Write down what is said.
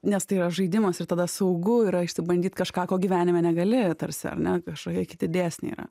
nes tai yra žaidimas ir tada saugu yra išsibandyt kažką ko gyvenime negali tarsi ar ne kažkokie kiti dėsniai yra